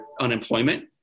unemployment